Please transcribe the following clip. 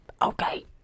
okay